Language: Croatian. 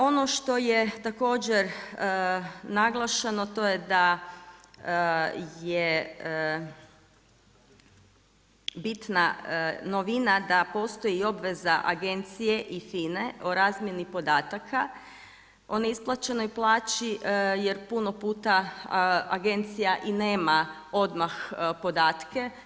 Ono što je također naglašeno to je da je bitna novina da postoji i obveza agencije i FINA-e o razmjeni podataka o neisplaćenoj plaći jer puno puta agencija i nema odmah podatke.